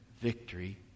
victory